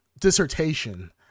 dissertation